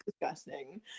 disgusting